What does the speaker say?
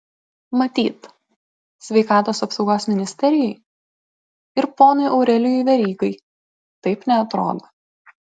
matyt sveikatos apsaugos ministerijai ir ponui aurelijui verygai taip neatrodo